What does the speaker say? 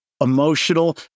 emotional